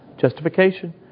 Justification